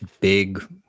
big